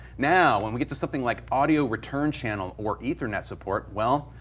now when we get to something like audio return channel or ethernet support well,